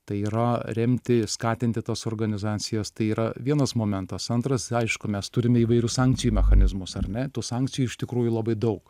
tai yra remti skatinti tas organizacijas tai yra vienas momentas antras aišku mes turime įvairių sankcijų mechanizmus ar ne tų sankcijų iš tikrųjų labai daug